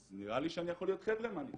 אז נראה לי שאני יכול חברמן איתם,